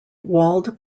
walled